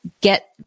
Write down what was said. get